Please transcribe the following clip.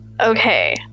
Okay